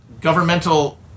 governmental